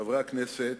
חברי הכנסת,